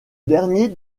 dernier